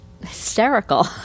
hysterical